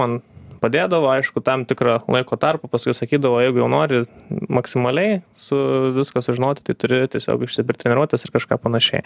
man padėdavo aišku tam tikrą laiko tarpą paskui sakydavo jeigu jau nori maksimaliai su viską sužinoti tai turi tiesiog išsipirkt treniruotes ir kažką panašiai